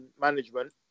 management